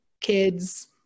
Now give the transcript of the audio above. kids